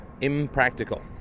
impractical